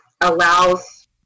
allows